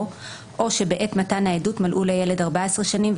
"או שבעת מתן העדות מלאו לילד 14 שנים,